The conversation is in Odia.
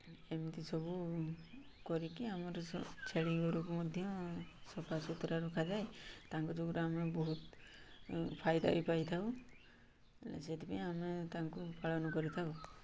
ଏମିତି ସବୁ କରିକି ଆମର ଛେଳି ଘରକୁ ମଧ୍ୟ ସଫାସୁତୁରା ରଖାଯାଏ ତାଙ୍କ ଯୋଗୁଁରୁ ଆମେ ବହୁତ ଫାଇଦା ବି ପାଇଥାଉ ସେଥିପାଇଁ ଆମେ ତାଙ୍କୁ ପାଳନ କରିଥାଉ